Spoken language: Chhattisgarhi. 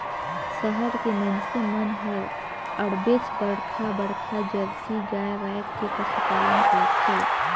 सहर के मइनसे मन हर अबड़ेच बड़खा बड़खा जरसी गाय रायख के पसुपालन करथे